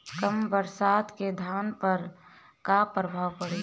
कम बरसात के धान पर का प्रभाव पड़ी?